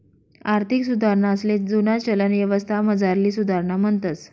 आर्थिक सुधारणासले जुना चलन यवस्थामझारली सुधारणा म्हणतंस